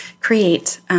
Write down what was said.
create